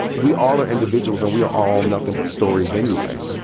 we all are individuals. and we are all nothing but stories anyway.